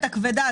הכבדה.